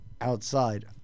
outside